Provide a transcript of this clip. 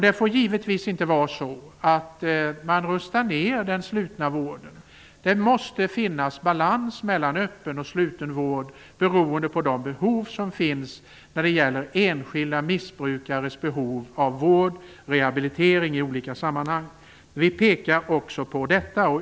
Det får givetvis inte vara så att man rustar ner den slutna vården. Det måste vara balans mellan öppen och sluten vård, beroende på enskilda missbrukares behov av vård och rehabilitering i olika sammanhang. Vi pekar också på detta.